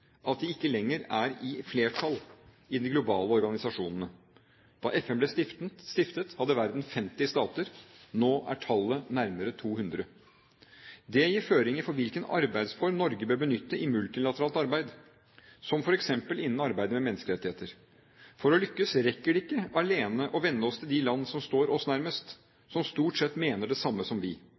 at de ikke lenger er i flertall i de globale organisasjonene. Da FN ble stiftet, hadde verden 50 stater, nå er tallet nærmere 200. Det gir føringer for hvilken arbeidsform Norge bør benytte i multilateralt arbeid, f.eks. innen arbeidet med menneskerettigheter. For å lykkes rekker det ikke alene at vi vender oss til de land som står oss nærmest, og som stort sett mener det samme som oss. Vi